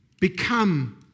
become